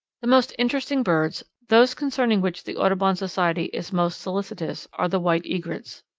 the most interesting birds, those concerning which the audubon society is most solicitous, are the white egrets.